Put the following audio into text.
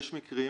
יש מקרים